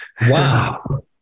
Wow